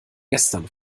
gestern